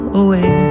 away